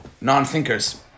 non-thinkers